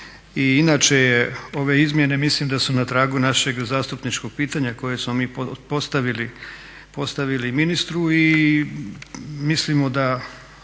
I inače je ove izmjene, mislim da su na tragu našeg zastupničkog pitanja koje smo mi postavili ministru i mislimo da